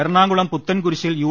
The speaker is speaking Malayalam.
എറണാകുളം പുത്തൻകുരിശിൽ യു